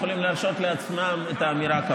יכולים להרשות לעצמם את האמירה הזאת,